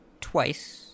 twice